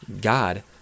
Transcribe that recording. god